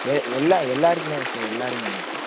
எ எல்லாம் எல்லோருக்குமே தான் சார் எல்லோருமே தான் சார்